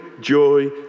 joy